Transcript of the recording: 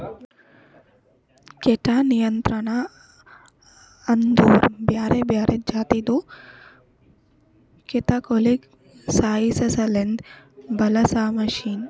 ಕೀಟ ನಿಯಂತ್ರಣ ಅಂದುರ್ ಬ್ಯಾರೆ ಬ್ಯಾರೆ ಜಾತಿದು ಕೀಟಗೊಳಿಗ್ ಸಾಯಿಸಾಸಲೆಂದ್ ಬಳಸ ಮಷೀನ್